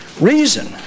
reason